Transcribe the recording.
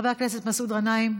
חברת הכנסת נורית קורן,